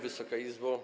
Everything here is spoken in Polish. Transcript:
Wysoka Izbo!